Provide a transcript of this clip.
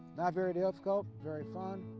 not very difficult. very fun.